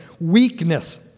weakness